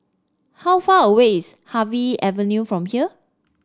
how far away is Harvey Avenue from here